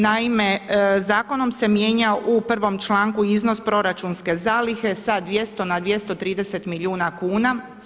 Naime, zakonom se mijenja u 1. članku iznos proračunske zalihe sa 200 na 230 milijuna kuna.